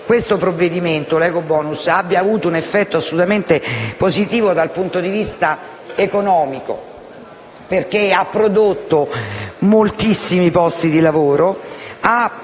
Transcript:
Il cosiddetto ecobonus ha un effetto assolutamente positivo dal punto di vista economico, perché ha prodotto moltissimi posti di lavoro e